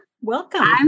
Welcome